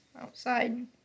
outside